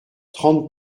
trente